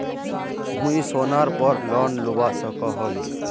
मुई सोनार पोर लोन लुबा सकोहो ही?